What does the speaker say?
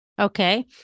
Okay